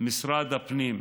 משרד הפנים,